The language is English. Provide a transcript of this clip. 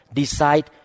decide